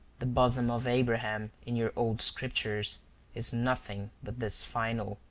the bosom of abraham in your old scriptures is nothing but this final,